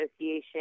Association